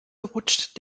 rutscht